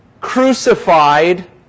crucified